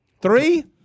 Three